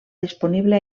disponible